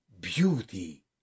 beauty